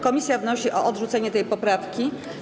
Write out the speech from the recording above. Komisja wnosi o odrzucenie tej poprawki.